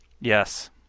Yes